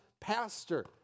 pastor